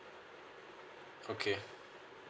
okay